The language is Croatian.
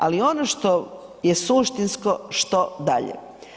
Ali, ono što je suštinsko, što dalje?